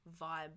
vibe